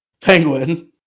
Penguin